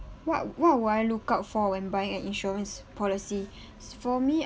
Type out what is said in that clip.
what what do I look out for when buying an insurance policy for me